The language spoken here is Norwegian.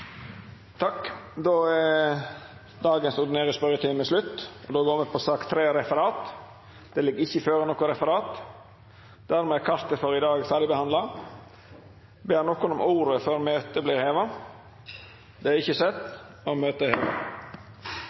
Då er dagens ordinære spørjetime slutt. Det ligg ikkje føre noko referat. Dermed er kartet for i dag ferdigbehandla. Ber nokon om ordet før møtet vert heva? – Møtet er heva.